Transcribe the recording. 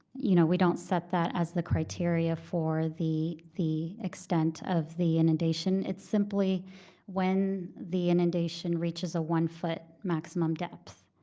you know we don't set that as the criteria for the the extent of the inundation. it's simply when the inundation reaches a one-foot maximum depth.